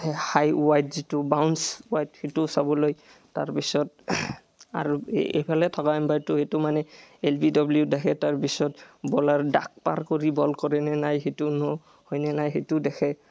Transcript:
হাই wide যিটো bounce wide সেইটো চাবলৈ তাৰপিছত আৰু ইফালে থকা এম্পেয়াৰটো সেইটো মানে এল বি ডব্লিউ দেখে তাৰপিছত বলাৰ দাগ পাৰ কৰি বল কৰেনে নাই সেইটো ন' হয়নে নাই সেইটো দেখে